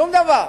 שום דבר.